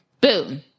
boom